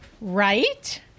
Right